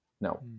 No